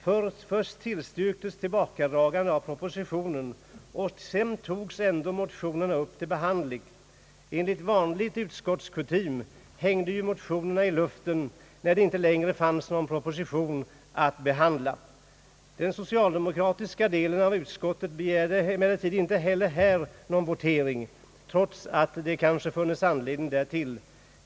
Först tillstyrktes tillbakadragande av propositionen, och sedan togs ändå motionerna upp till behandling. Enligt vanlig utskottskutym hängde ju motionerna i luften, när det inte längre fanns någon proposition att behandla. Den socialdemokratiska delen av utskottet begärde emellertid inte heller här någon votering, trots att det kanske funnits anledning därtill.